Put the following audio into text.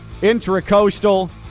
intracoastal